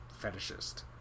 fetishist